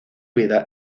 vida